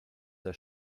der